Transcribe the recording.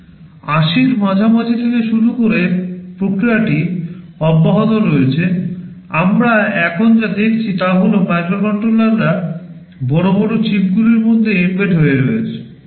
৮০ এর মাঝামাঝি থেকে শুরু করে প্রক্রিয়াটি অব্যাহত রয়েছে আমরা এখন যা দেখছি তা হল মাইক্রোকন্ট্রোলাররা বড় বড় চিপগুলির মধ্যে এম্বেড হয়ে চলেছে